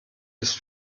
ist